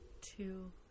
two